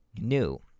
new